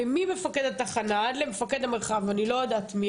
ממפקד התחנה עד למפקד המרחב, אני לא יודעת מי.